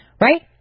Right